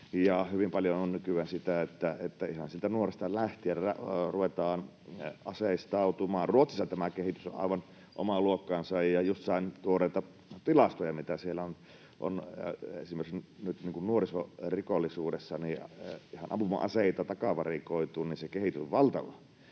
hyvin paljon on nykyään sitä, että ihan siitä nuoresta lähtien ruvetaan aseistautumaan. Ruotsissa tämä kehitys on aivan omaa luokkaansa. Just sain tuoreita tilastoja, mitä siellä on esimerkiksi nyt nuorisorikollisuudessa ihan ampuma-aseita takavarikoitu, ja se kehitys on valtavaa.